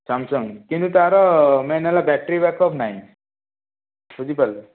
Samsung କିନ୍ତୁ ତାର main ହେଲା ବ୍ୟାଟେରୀ ବ୍ୟାକଅପ୍ ନାହିଁ ବୁଝିପାରିଲେ